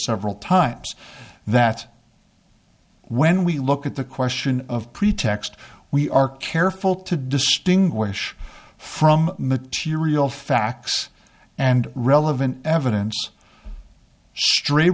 several times that when we look at the question of pretext we are careful to distinguish from material facts and relevant evidence straight